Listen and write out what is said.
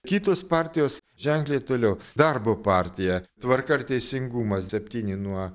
kitos partijos ženkliai toliau darbo partija tvarka ir teisingumas septyni nuo